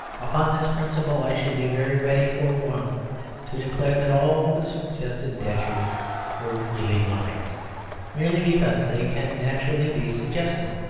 upon this principle i should be very ready for one to declare that all the suggested datcherys were really blinds merely because they can naturally be suggested.